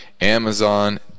Amazon